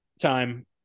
time